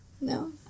no